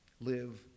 live